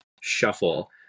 shuffle